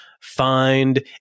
find